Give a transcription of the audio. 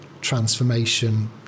transformation